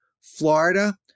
Florida